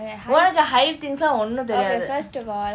உனக்கு:unakku hype things எல்லாம் ஒன்னும் தெரியாது:ellaam onnum theriyaathu